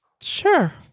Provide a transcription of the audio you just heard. sure